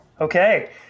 Okay